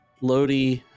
Lodi